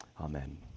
Amen